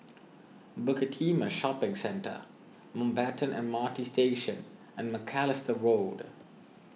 Bukit Timah Shopping Centre Mountbatten M R T Station and Macalister Road